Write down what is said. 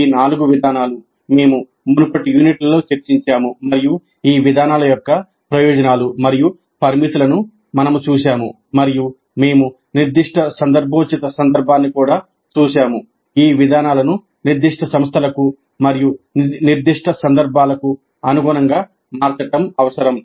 ఈ నాలుగు విధానాలు మేము మునుపటి యూనిట్లలో చర్చించాము మరియు ఈ విధానాల యొక్క ప్రయోజనాలు మరియు పరిమితులను మేము చూశాము మరియు మేము నిర్దిష్ట సందర్భోచిత సందర్భాన్ని కూడా చూశాము ఈ విధానాలను నిర్దిష్ట సంస్థలకు మరియు నిర్దిష్ట సందర్భాలకు అనుగుణంగా మార్చడం అవసరం